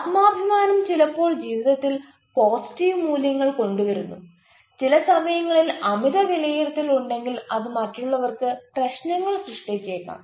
ആത്മാഭിമാനം ചിലപ്പോൾ ജീവിതത്തിൽ പോസിറ്റീവ് മൂല്യങ്ങൾ കൊണ്ടുവരുന്നു ചില സമയങ്ങളിൽ അമിത വിലയിരുത്തൽ ഉണ്ടെങ്കിൽ അത് മറ്റുള്ളവർക്ക് പ്രശ്നങ്ങൾ സൃഷ്ടിച്ചേക്കാം